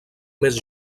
més